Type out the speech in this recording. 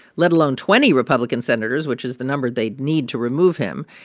let alone twenty republican senators which is the number they'd need to remove him.